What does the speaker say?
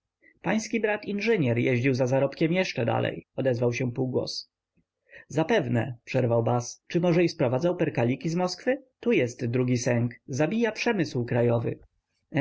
pański brat inżynier jeździł za zarobkiem jeszcze dalej odezwał się półgłos zapewne przerwał bas czy może i sprowadzał perkaliki z moskwy tu jest drugi sęk zabija przemysł krajowy